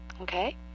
Okay